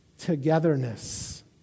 Togetherness